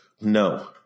No